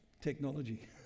technology